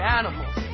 animals